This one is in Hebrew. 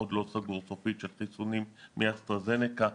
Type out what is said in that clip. עוד לא סגור סופית של חיסונים מאסטרה זנקה.